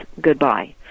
Goodbye